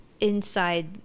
inside